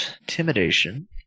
intimidation